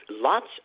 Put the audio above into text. Lots